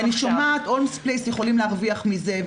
אני שומעת שהולמס פלייס יכולים להרוויח מזה.